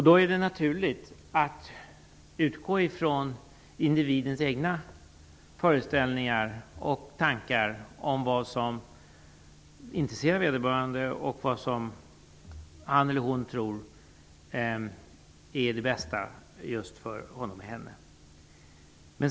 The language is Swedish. Då är det naturligt att utgå ifrån individens egna föreställningar och tankar om vad som intresserar vederbörande och vad som han henne.